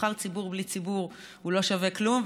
נבחר ציבור בלי ציבור לא שווה כלום,